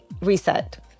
reset